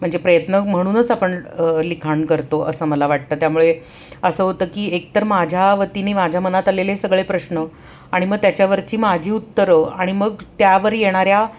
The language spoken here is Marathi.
म्हणजे प्रयत्न म्हणूनच आपण लिखाण करतो असं मला वाटतं त्यामुळे असं होतं की एक तर माझ्या वतीने माझ्या मनात आलेले सगळे प्रश्न आणि मग त्याच्यावरची माझी उत्तरं आणि मग त्यावर येणाऱ्या